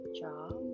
job